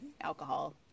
alcohol